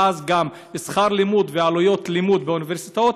אז גם שכר לימוד ועלויות לימוד באוניברסיטאות